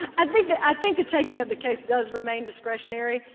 i think the i think the taking of the case does remain discretionary.